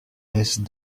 laisses